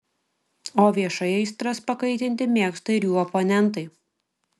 o viešai aistras pakaitinti mėgsta ir jų oponentai